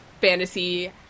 fantasy